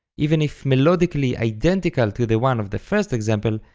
even if melodically identical to the one of the first example,